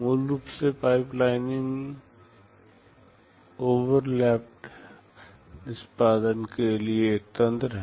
मूल रूप से पाइपलाइनिंग ओवरलैप्ड निष्पादन के लिए एक तंत्र है